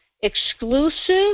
exclusive